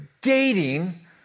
dating